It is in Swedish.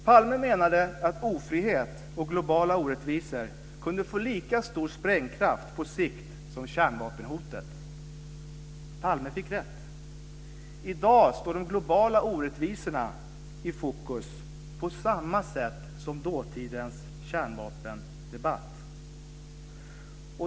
Palme menade att ofrihet och globala orättvisor kunde få lika stor sprängkraft på sikt som kärnvapenhotet. Palme fick rätt. I dag står de globala orättvisorna i fokus på samma sätt som dåtidens kärnvapendebatt.